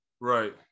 Right